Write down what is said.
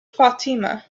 fatima